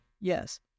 Yes